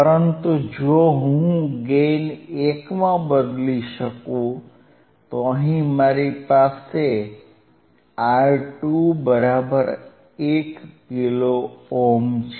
પરંતુ જો હું ગેઇન 1 માં બદલી શકું તો અહીં અમારી પાસે R2 બરાબર 1 કિલો ઓહ્મ છે